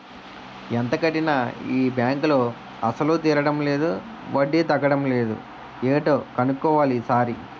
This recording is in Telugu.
ఎంత కట్టినా ఈ బాంకులో అసలు తీరడం లేదు వడ్డీ తగ్గడం లేదు ఏటో కన్నుక్కోవాలి ఈ సారి